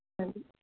ਹਾਂਜੀ